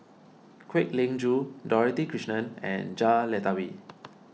Kwek Leng Joo Dorothy Krishnan and Jah Lelawati